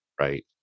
Right